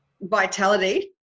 vitality